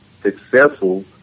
successful